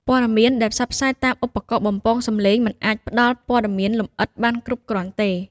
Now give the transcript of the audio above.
ព័ត៌មានដែលផ្សព្វផ្សាយតាមឧបករណ៍បំពងសំឡេងមិនអាចផ្ដល់ព័ត៌មានលម្អិតបានគ្រប់គ្រាន់ទេ។